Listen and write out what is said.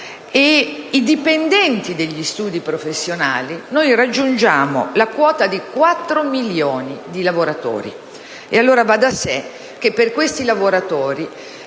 i dipendenti degli studi professionali, raggiungiamo la quota di quattro milioni di lavoratori.